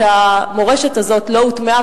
שהמורשת הזו לא הוטמעה,